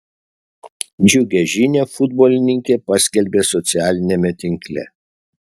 džiugią žinią futbolininkė paskelbė socialiniame tinkle